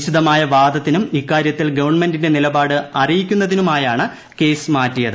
വിശദമായ വാദത്തിനും ഇക്കാര്യത്തിൽ ഗവൺമെന്റിന്റെ നിലപാട് അറിയിക്കുന്നതിനുമായാണ് കേസ് മാറ്റിയത്